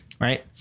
Right